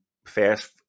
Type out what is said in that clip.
fast